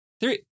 three